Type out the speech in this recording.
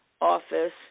Office